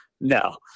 no